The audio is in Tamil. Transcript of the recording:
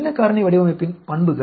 பின்ன காரணி வடிவமைப்பின் பண்புகள்